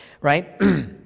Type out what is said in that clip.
right